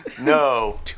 No